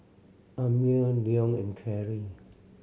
Amiah Leon and Cary